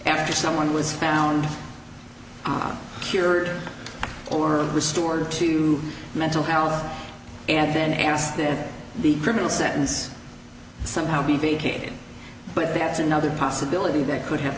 after someone was found on cured or restored to mental health and then ask that the criminal sentence somehow be vacated but that's another possibility that could have